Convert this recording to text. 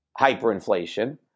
hyperinflation